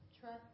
Trust